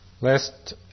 Last